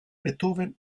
beethoven